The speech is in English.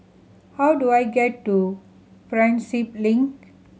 how do I get to Prinsep Link